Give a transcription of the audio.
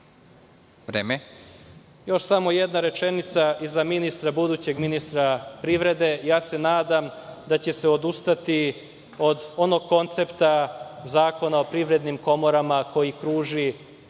Vreme.)Još samo jedna rečenica za budućeg ministra privrede. Nadam se da će se odustati od onog koncepta zakona o privrednim komorama, koji kruži